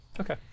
Okay